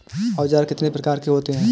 औज़ार कितने प्रकार के होते हैं?